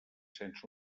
sense